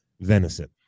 venison